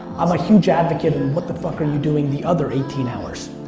i'm a huge advocate in what the fuck are you doing the other eighteen hours,